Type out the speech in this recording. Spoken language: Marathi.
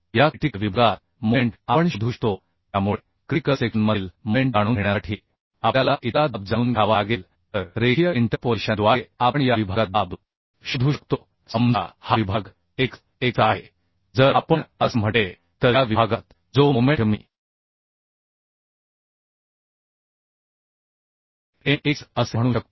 तर या क्रिटिकल विभागात मोमेंट आपण शोधू शकतो त्यामुळे क्रिटिकल सेक्शनमधील मोमेंट जाणून घेण्यासाठी आपल्याला इथला दबाव जाणून घ्यावा लागेल तर रेखीय इंटरपोलेशन द्वारे आपण या विभागात दाब शोधू शकतो समजा हा विभाग x x आहे जर आपण असे म्हटले तर या विभागात जो मोमेंट मी m x असे म्हणू शकतो